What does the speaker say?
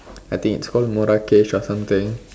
I think it's called Marakesh or something